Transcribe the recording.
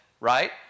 right